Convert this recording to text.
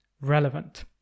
relevant